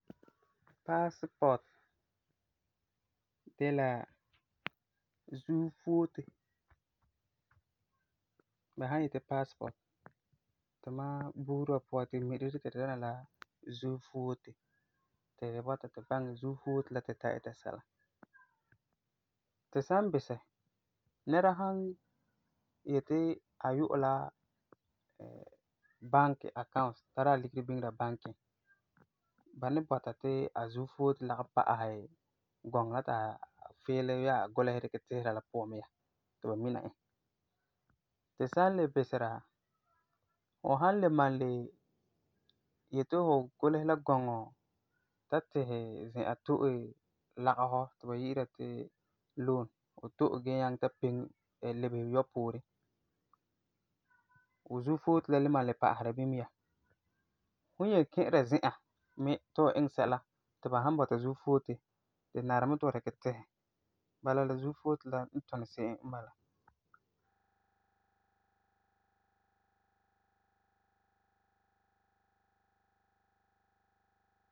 Paasepɔti de la zuo foote. Ba san yeti paasepɔti tumam buuri wa puan tu mi di ti di dɛna la zuo foote ti tu bɔta tu baŋɛ zuo foote la ti tu tara ita sɛla. Tu san bisɛ, nɛra san yeti a yu'ɛ la banki accounts, tara a ligeri biŋera banki, ba boti a zuo foote lagum pa'asɛ gɔŋɔ la ti a fiilɛ bii a gulesɛ tisera la puan mɛ ya, ti ba mina e. Tu san le bisera, fu san le malum le yeti fu gulesɛ la gɔŋɔ ta bisɛ zi'an to'e lagefɔ ti ba yi'ira ti loan, fu to'e gee nyaŋɛ ta lebese yɔ poore, fu zuo foote la le malum pa'asera bini mɛ ya. Fum yen ki'ira zi"an me ti fu iŋɛ sɛla ti ba san bɔta zuo foote, di nari mɛ ti fu dikɛ tisɛ, bala la zuo foote la n tuni se'em n bala.